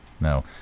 No